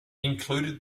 included